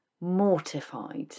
mortified